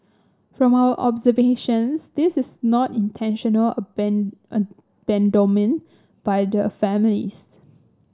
from our observations this is not intentional abandonment by the families